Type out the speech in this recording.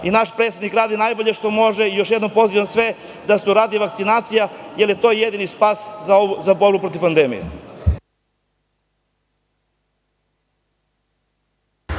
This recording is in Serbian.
i naš predsednik rade najbolje što mogu i još jednom pozivam sve da se uradi vakcinacija, jer je to jedini spas za borbu protiv pandemije.